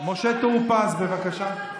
משה טור פז, בבקשה.